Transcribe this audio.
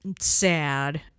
Sad